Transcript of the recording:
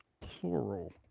plural